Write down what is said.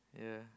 yeah